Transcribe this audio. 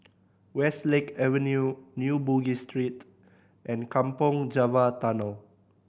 Westlake Avenue New Bugis Street and Kampong Java Tunnel